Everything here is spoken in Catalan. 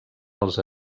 els